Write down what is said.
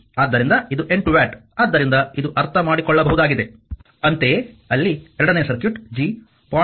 ಆದ್ದರಿಂದ ಇದು 8 ವ್ಯಾಟ್ ಆದ್ದರಿಂದ ಇದು ಅರ್ಥಮಾಡಿಕೊಳ್ಳಬಹುದಾಗಿದೆ ಅಂತೆಯೇ ಅಲ್ಲಿ ಎರಡನೇ ಸರ್ಕ್ಯೂಟ್ G 0